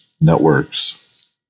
networks